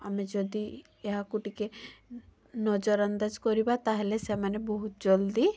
ଆମେ ଯଦି ଏହାକୁ ଟିକିଏ ନଜରଅନ୍ଦାଜ କରିବା ତା'ହାଲେ ସୋମାନେ ବହୁତ ଜଲ୍ଦି